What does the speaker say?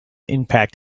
impact